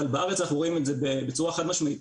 אבל בארץ אנחנו רואים את זה בצורה חד משמעית.